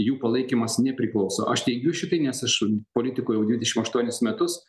jų palaikymas nepriklauso aš teigiu šitai nes aš politikoj jau dvidešim aštuonis metus